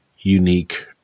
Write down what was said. unique